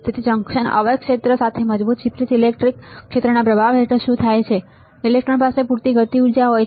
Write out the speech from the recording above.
તેથી જંકશન અવક્ષય ક્ષેત્ર સાથે મજબૂત વિપરીત ઇલેક્ટ્રિક ક્ષેત્રના પ્રભાવ હેઠળ શું થાય છે ઇલેક્ટ્રોન પાસે પૂરતી ગતિ ઊર્જા હોય છે